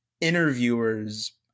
interviewers